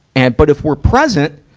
and, but if we're present,